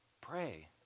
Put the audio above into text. Pray